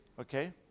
okay